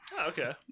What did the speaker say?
okay